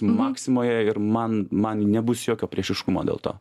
maximoje ir man man nebus jokio priešiškumo dėl to